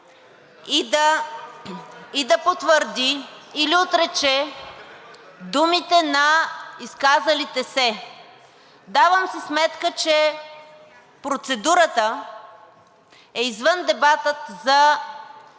и да потвърди или отрече думите на изказалите се. Давам си сметка, че процедурата е извън дебата за